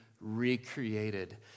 recreated